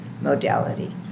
modality